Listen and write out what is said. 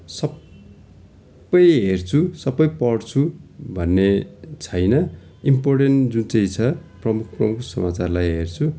सबै हेर्छु सबै पढ्छु भन्ने छैन इम्पोर्टेन्ट जुन चाहिँ छ प्रमुख प्रमुख समाचारलाई हेर्छु